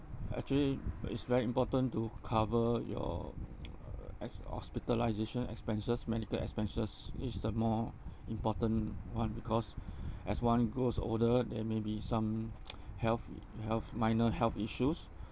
actually it's very important to cover your uh ex~ hospitalisation expenses medical expenses is the more important one because as one grows older there may be some health health minor health issues